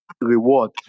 reward